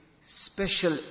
special